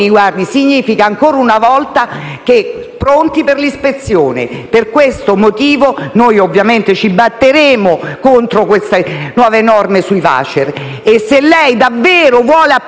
Significa ancora una volta che siamo pronti per l'ispezione. Per questo motivo, noi ovviamente ci batteremo contro le nuove norme sui *voucher* e, se lei davvero vuole applicare